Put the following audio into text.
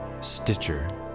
Stitcher